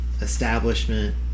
establishment